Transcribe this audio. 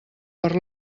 per